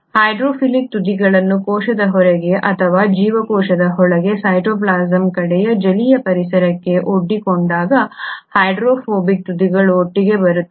hydrophilic ತುದಿಗಳು ಕೋಶದ ಹೊರಗೆ ಅಥವಾ ಜೀವಕೋಶದ ಒಳಗೆ ಸೈಟೋಪ್ಲಾಸಂ ಕಡೆಗೆ ಜಲೀಯ ಪರಿಸರಕ್ಕೆ ಒಡ್ಡಿಕೊಂಡಾಗ ಹೈಡ್ರೋಫೋಬಿಕ್ ತುದಿಗಳು ಒಟ್ಟಿಗೆ ಬರುತ್ತವೆ